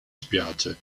spiagge